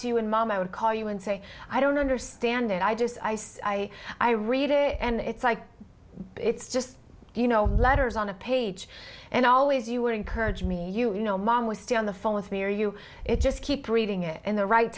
you and mom i would call you and say i don't understand it i just i i read it and it's like it's just you know letters on a page and always you would encourage me you know mom was still on the phone with me or you it just keep reading it in the right